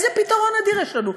איזה פתרון אדיר יש לנו,